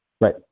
Right